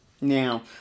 Now